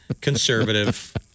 conservative